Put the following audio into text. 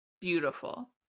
Beautiful